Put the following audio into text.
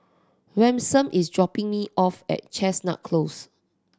Ransom is dropping me off at Chestnut Close